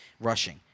rushing